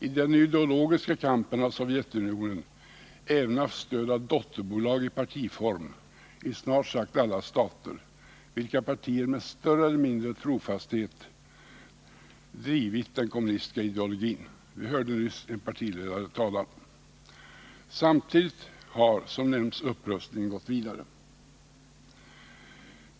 I den ideologiska kampen har Sovjetunionen även haft stöd av dotterbolag i partiform i snart sagt alla stater, vilka partier med större eller mindre trofasthet drivit den kommunistiska ideologin. Vi hörde nyss en partiledare tala. Samtidigt har, som nämnts, upprustningen gått vidare.